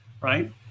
right